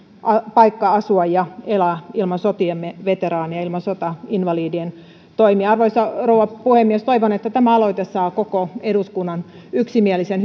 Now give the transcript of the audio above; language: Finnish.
paikka asua ja elää ilman sotiemme veteraanien ja ilman sotainvalidien toimia arvoisa rouva puhemies toivon että tämä aloite saa koko eduskunnan yksimielisen